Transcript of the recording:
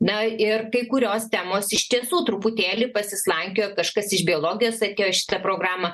na ir kai kurios temos iš tiesų truputėlį pasislankiojo kažkas iš biologijos atėjo į šitą programą